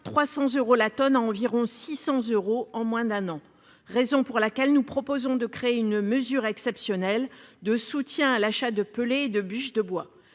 300 euros la tonne à environ 600 euros en moins d'un an. Cet amendement vise donc à créer une mesure exceptionnelle de soutien à l'achat de pellets et de bûches de bois.